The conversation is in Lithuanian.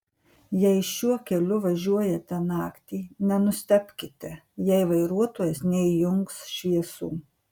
jei šiuo keliu važiuojate naktį nenustebkite jei vairuotojas neįjungs šviesų